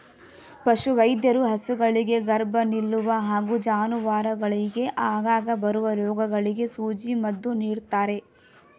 ಪಶುವೈದ್ಯರು ಹಸುಗಳಿಗೆ ಗರ್ಭ ನಿಲ್ಲುವ ಹಾಗೂ ಜಾನುವಾರುಗಳಿಗೆ ಆಗಾಗ ಬರುವ ರೋಗಗಳಿಗೆ ಸೂಜಿ ಮದ್ದು ನೀಡ್ತಾರೆ